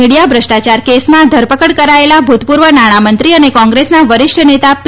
media ભ્રષ્ટાચાર કેસમાં ધરપકડ કરાયેલા ભૂતપૂર્વ નાણામંત્રી અને કોંગ્રેસના વરિષ્ઠ નેતા પી